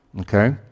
okay